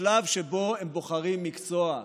השלב שבו הם בוחרים מקצוע,